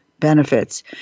Benefits